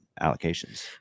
allocations